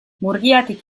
murgiatik